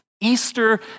Easter